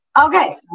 Okay